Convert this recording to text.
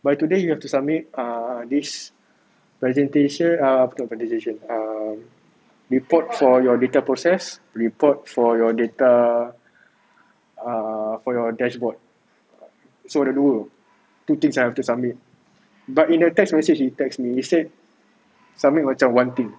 by today you have to submit err this presentation ah bukan presentation err report for your data process report for your data err for your dashboard so ada dua two things I have to submit but in a text message he text me he said submit macam one thing